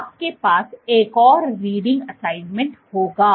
तो आपके पास एक और रीडिंग असाइनमेंट होगा